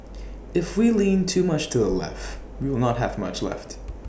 if we lean too much to A left we will not have much left